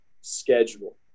schedule